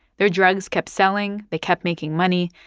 their drugs kept selling. they kept making money.